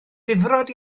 difrod